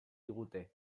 digute